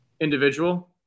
Individual